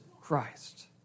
Christ